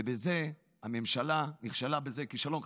ובזה הממשלה נכשלה כישלון חרוץ.